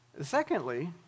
Secondly